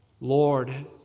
Lord